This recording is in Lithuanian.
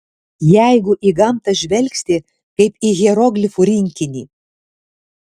jeigu į gamtą žvelgsi kaip į hieroglifų rinkinį